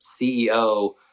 CEO